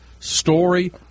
Story